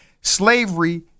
slavery